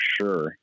sure